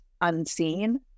unseen